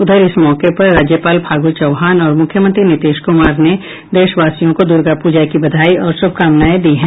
उधर इस मौके पर राज्यपाल फागू चौहान और मुख्यमंत्री नीतीश कुमार ने देशवासियों को दुर्गा पूजा की बधाई और शुभकामनाएं दी है